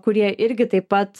kurie irgi taip pat